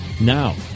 Now